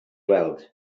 weld